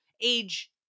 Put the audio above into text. age